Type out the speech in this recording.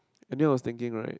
anyone was thinking right